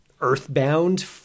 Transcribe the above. earthbound